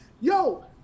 Yo